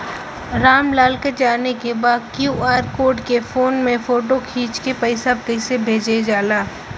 राम लाल के जाने के बा की क्यू.आर कोड के फोन में फोटो खींच के पैसा कैसे भेजे जाला?